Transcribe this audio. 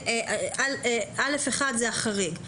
(א1) זה החריג,